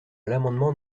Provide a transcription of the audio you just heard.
l’amendement